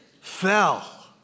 fell